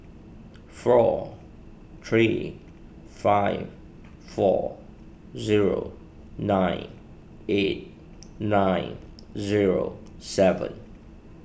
four three five four zero nine eight nine zero seven